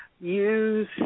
use